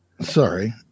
Sorry